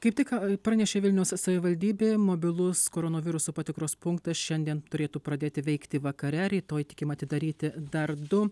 kaip tik ką pranešė vilniaus savivaldybė mobilus koronoviruso patikros punktas šiandien turėtų pradėti veikti vakare rytoj tikima atidaryti dar du